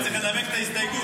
צריך לנמק את ההסתייגות.